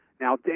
Now